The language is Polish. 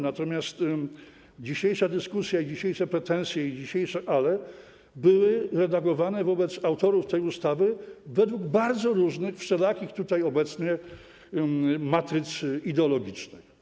Natomiast dzisiejsza dyskusja i dzisiejsze pretensje, i dzisiejsze ale były redagowane wobec autorów tej ustawy według bardzo różnych, wszelakich, tutaj obecnych matryc ideologicznych.